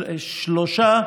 שלושה,